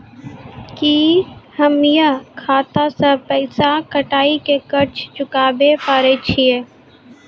की हम्मय खाता से पैसा कटाई के कर्ज चुकाबै पारे छियै?